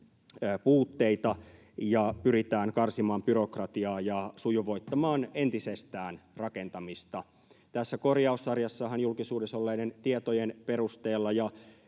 puutteita ja pyritään karsimaan byrokratiaa ja sujuvoittamaan rakentamista entisestään. Tässä korjaussarjassahan julkisuudessa olleiden tietojen perusteella